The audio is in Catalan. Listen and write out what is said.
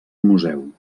museu